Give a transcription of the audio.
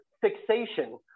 fixation